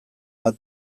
bat